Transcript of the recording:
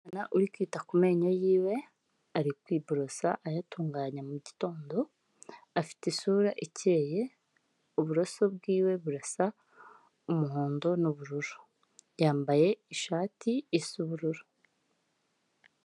Umwana uri kwita ku menyo yiwe, ari kwiborosa ayatunganya mu gitondo, afite isura ikeye, uburoso bwiwe burasa umuhondo n'ubururu. Yambaye ishati isa ubururu.